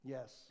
Yes